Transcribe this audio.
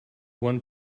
one